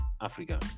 Africa